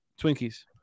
Twinkies